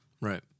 Right